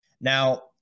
now